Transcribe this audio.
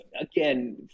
again